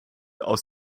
aus